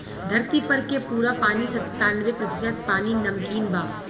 धरती पर के पूरा पानी के सत्तानबे प्रतिशत पानी नमकीन बा